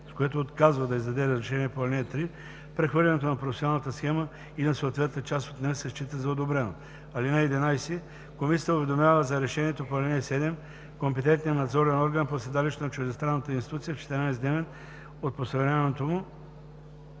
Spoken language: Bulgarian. с което отказва да издаде разрешение по ал. 3, прехвърлянето на професионалната схема или на съответната част от нея се счита за одобрено. (11) Комисията уведомява за решението по ал. 7 компетентния надзорен орган по седалището на чуждестранната институция в 14-дневен срок от постановяването му.